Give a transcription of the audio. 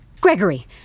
Gregory